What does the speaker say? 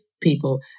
people